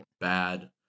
bad